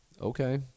Okay